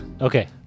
Okay